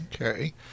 Okay